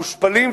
מושפלים,